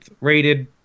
rated